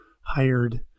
hired